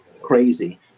Crazy